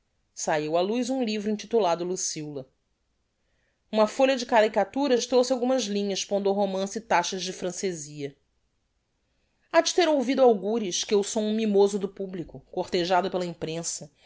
sahiu à luz um livro intitulado luciola uma folha de caricaturas trouxe algumas linhas pondo ao romance taxas de francezia ha de ter ouvido algures que eu sou um mimoso do publico cortejado pela imprensa